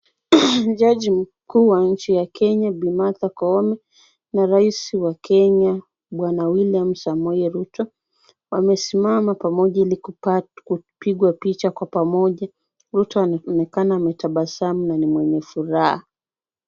Huyu ni jaji mkuu wa nchi ya Kenya Bi Martha Koome na Rais wa Kenya Bwana William Samoei Ruto wamesimama pamoja ili kupigwa picha kwa pamoja. Ruto inaonekana ametabasamu na ni mwenye furaha.